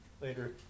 later